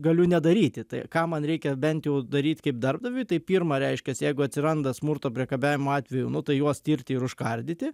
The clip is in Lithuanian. galiu nedaryti tai ką man reikia bent jau daryt kaip darbdaviui tai pirma reiškias jeigu atsiranda smurto priekabiavimo atvejų nu tai juos tirti ir užkardyti